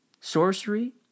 sorcery